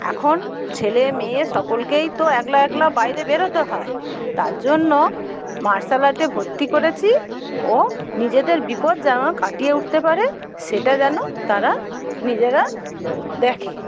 এখন ছেলেমেয়ে সকলকেই তো একলা একলা বাইরে বেরোতে হয় তার জন্য মার্শাল আর্টে ভর্তি করেছি ও নিজেদের বিপদ যেন কাটিয়ে উঠতে পারে সেটা যেন তারা নিজেরা দেখে